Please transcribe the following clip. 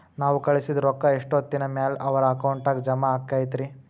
ನಾವು ಕಳಿಸಿದ್ ರೊಕ್ಕ ಎಷ್ಟೋತ್ತಿನ ಮ್ಯಾಲೆ ಅವರ ಅಕೌಂಟಗ್ ಜಮಾ ಆಕ್ಕೈತ್ರಿ?